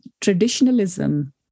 traditionalism